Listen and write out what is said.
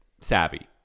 savvy